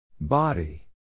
Body